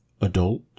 adult